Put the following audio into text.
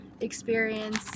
experience